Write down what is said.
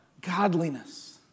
godliness